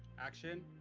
action.